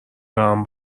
خرم